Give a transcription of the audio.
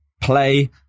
play